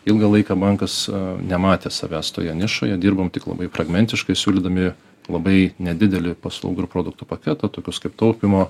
ilgą laiką bankas nematė savęs toje nišoje dirbom tik labai fragmentiškai siūlydami labai nedidelį paslaugų ir produktų paketą tokius kaip taupymo